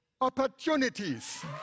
opportunities